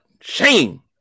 Shame